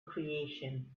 creation